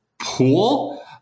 pool